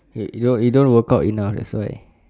!hey! your you don't work out enough that's why